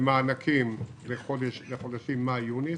למענקים לחודשים מאי יוני.